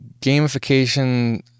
gamification